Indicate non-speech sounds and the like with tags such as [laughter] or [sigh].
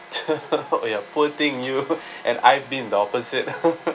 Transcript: [laughs] ya poor thing you and I've been the opposite [laughs]